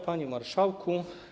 Panie Marszałku!